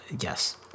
Yes